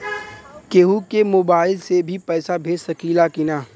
केहू के मोवाईल से भी पैसा भेज सकीला की ना?